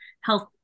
health